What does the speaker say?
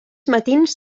matins